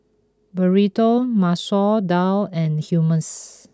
Burrito Masoor Dal and Hummus